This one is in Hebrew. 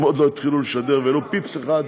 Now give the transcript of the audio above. הם עוד לא התחילו לשדר ולו פיפס אחד,